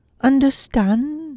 Understand